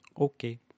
okay